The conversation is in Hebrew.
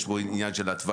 יש פה עניין של התוויות.